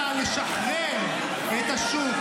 כשאני בא לשחרר את השוק,